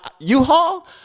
U-Haul